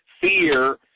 Fear